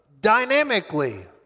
dynamically